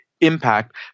impact